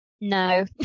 no